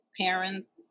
parents